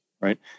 right